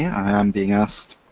yeah i'm being asked,